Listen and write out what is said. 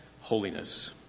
holiness